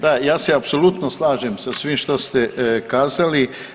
Da, ja se apsolutno slažem sa svim što ste kazali.